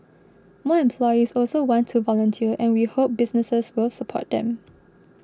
more employees also want to volunteer and we hope businesses will support them